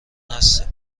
هستیم